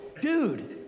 Dude